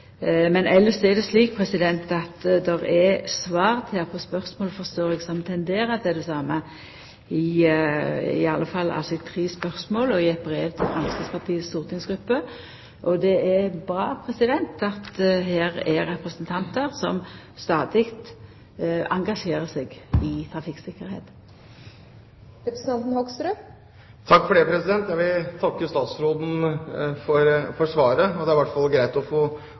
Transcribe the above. Men elles er det slik at det er svart her på spørsmål, forstår eg, som tenderer til det same – i alle fall på tre spørsmål og i eit brev til Framstegspartiets stortingsgruppe. Det er bra at det er representantar her som stadig engasjerer seg i trafikktryggleik. Jeg vil takke statsråden for svaret. Det er i hvert fall greit å få avklart at det